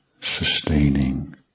sustaining